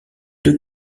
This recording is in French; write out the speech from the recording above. deux